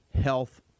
health